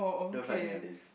don't fight me on this